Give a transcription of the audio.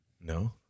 No